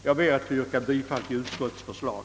Jag ber att få yrka bifall till utskottets förslag.